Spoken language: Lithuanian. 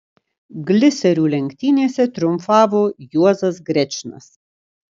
gliserių lenktynėse triumfavo juozas grečnas